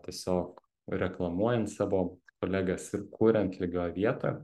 tiesiog reklamuojant savo kolegas ir kuriant lygioj vietoj